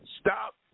stop